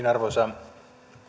arvoisa